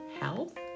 health